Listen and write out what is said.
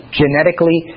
genetically